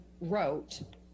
wrote